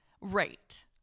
Right